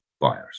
buyers